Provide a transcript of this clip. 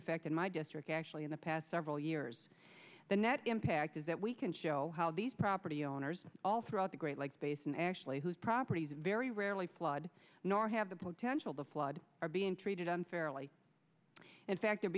effect in my district actually in the past several years the net impact is that we can show how these property owners all throughout the great basin actually whose properties very rarely flood nor have the potential to flood are being treated unfairly in fact